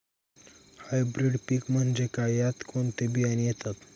Hybrid पीक म्हणजे काय? यात कोणते बियाणे येतात?